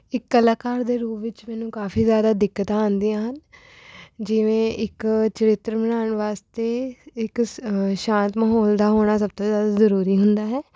ਇੱਕ ਕਲਾਕਾਰ ਦੇ ਰੂਪ ਵਿੱਚ ਮੈਨੂੰ ਕਾਫੀ ਜ਼ਿਆਦਾ ਦਿੱਕਤਾਂ ਆਉਂਦੀਆਂ ਹਨ ਜਿਵੇਂ ਇੱਕ ਚਰਿੱਤਰ ਬਣਾਉਣ ਵਾਸਤੇ ਇੱਕ ਸ ਸ਼ਾਂਤ ਮਾਹੌਲ ਦਾ ਹੋਣਾ ਸਭ ਤੋਂ ਜ਼ਿਆਦਾ ਜ਼ਰੂਰੀ ਹੁੰਦਾ ਹੈ